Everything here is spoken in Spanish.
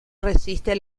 resiste